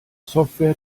software